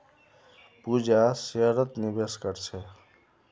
पूजा शेयरत निवेश कर छे